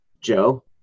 Joe